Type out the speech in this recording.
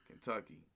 Kentucky